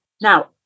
Now